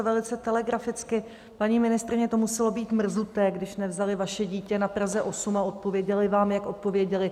Velice telegraficky: Paní ministryně, to muselo být mrzuté, když nevzali vaše dítě na Praze 8 a odpověděli vám, jak odpověděli.